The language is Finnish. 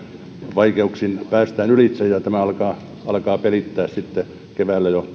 vaikeuksin päästään ylitse ja tämä alkaa alkaa pelittää sitten keväällä jo